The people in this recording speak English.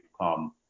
come